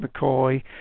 McCoy